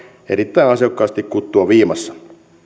erittäin ansiokkaasti kuttua viimassa